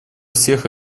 всех